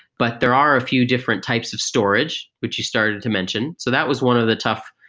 but there are a few different types of storage, which you started to mention. so that was one of the tough,